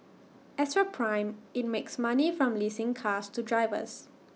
as for prime IT makes money from leasing cars to drivers